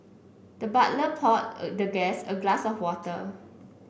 the butler poured the guest a glass of water